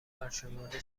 برشمرده